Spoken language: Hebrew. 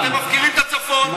אתם מפקירים את הצפון,